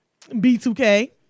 B2K